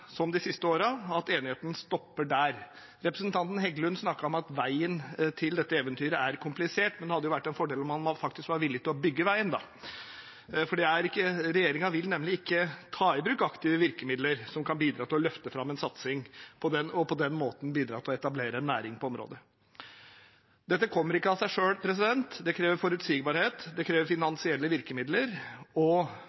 som de siste årene – at enigheten stopper der. Representanten Heggelund snakket om at veien til dette eventyret er komplisert. Men det hadde jo vært en fordel om man faktisk var villig til å bygge veien, for regjeringen vil nemlig ikke ta i bruk aktive virkemidler som kan bidra til å løfte fram en satsing, og på den måten bidra til å etablere en næring på området. Dette kommer ikke av seg selv. Det krever forutsigbarhet, det krever